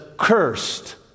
cursed